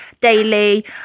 daily